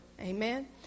Amen